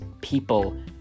people